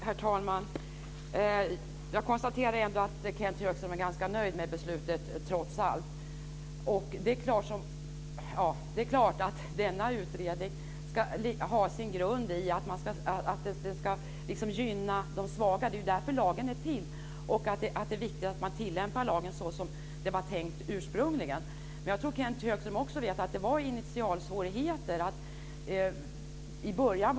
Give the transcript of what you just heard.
Herr talman! Jag konstaterar att Kenth Högström trots allt är ganska nöjd med beslutet. Det är klart att denna utredning ska ha som utgångspunkt att gynna de svaga. Det är ju för dem som lagen är till. Det är viktigt att man tillämpar lagen så som det ursprungligen var tänkt. Men jag tror att också Kenth Högström vet att det förekom initialsvårigheter i början.